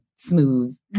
smooth